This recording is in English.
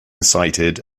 cited